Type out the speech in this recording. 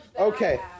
Okay